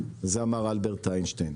וזאת אמר אלברט איינשטיין.